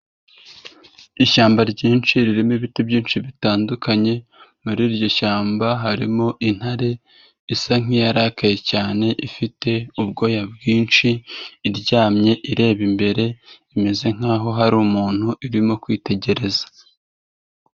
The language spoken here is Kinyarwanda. Ishyamba ryinshi ririmo ibiti byinshi bitandukanye, muri iryo shyamba harimo intare isa nk'iyarakaye cyane ifite ubwoya bwinshi, iryamye ireba imbere, imeze nkaho hari umuntu irimo kwitegereza.